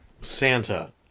Santa